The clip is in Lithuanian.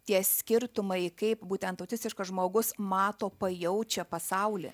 tie skirtumai kaip būtent autistiškas žmogus mato pajaučia pasaulį